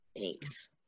thanks